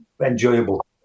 enjoyable